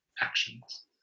actions